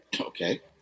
Okay